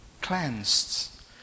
cleansed